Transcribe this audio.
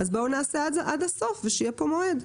לעשות אותו עד הסוף ושיהיה כאן מועד.